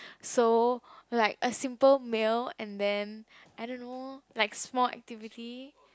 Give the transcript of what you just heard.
so like a simple meal and then I don't know like small activity